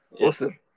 Awesome